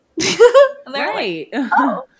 Right